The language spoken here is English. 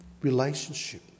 Relationship